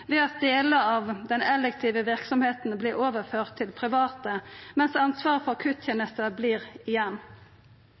ved at delar av den elektive verksemda vert overførte til private, mens ansvaret for